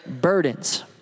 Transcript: burdens